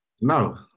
no